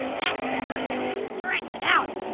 that's better. got to stretch it out.